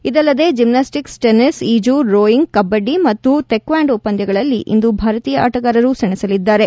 ಇದಲ್ಲದೆ gymnastics tennis ಈಜು rowing kabaddi ಮತ್ತು ತೇಕ್ವಾಂಡೊ ಪಂದ್ಯಗಳಲ್ಲಿ ಇಂದು ಭಾರತೀಯ ಆಟಗಾರರು ಸೆಣಸಲಿದ್ದಾರೆ